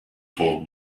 for